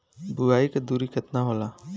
बुआई के दुरी केतना होला?